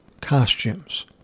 costumes